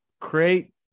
create